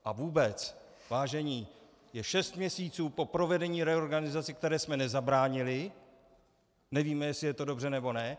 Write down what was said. A vůbec, vážení, je šest měsíců po provedení reorganizace, které jsme nezabránili, nevíme, jestli je to dobře, nebo ne.